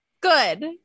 Good